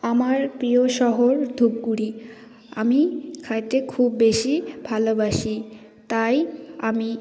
আমার প্রিয় শহর ধূপগুড়ি আমি খেতে খুব বেশি ভালোবাসি তাই আমি